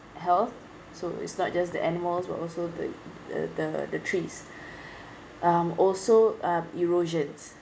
health so it's not just the animals but also the the the the trees um also um erosions